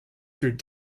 through